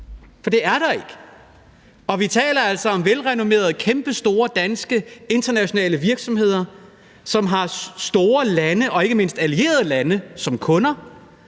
for det er der ikke. Vi taler altså om velrenommerede kæmpestore danske internationale virksomheder, som har store lande og ikke mindst allierede lande som kunder.